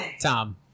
Tom